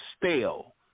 stale